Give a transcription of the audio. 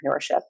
entrepreneurship